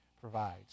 provides